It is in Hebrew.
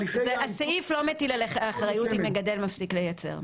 --- הסעיף לא מטיל עליך אחריות אם מגדל מפסיק לייצר,